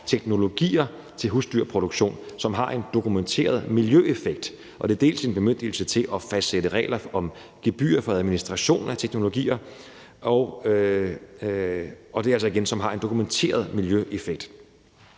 teknologier til husdyrproduktion, som har en dokumenteret miljøeffekt. Det er en bemyndigelse til at fastsætte regler om gebyrer for administration af teknologier, som altså har en dokumenteret miljøeffekt.